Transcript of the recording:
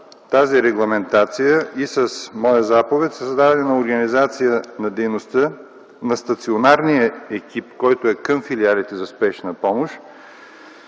тази регламентация и с моя заповед е създадена организация на дейността на стационарния екип, който е към филиалите за спешна помощ,